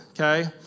okay